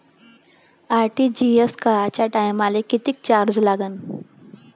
RTGS कराच्या टायमाले किती चार्ज लागन?